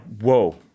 whoa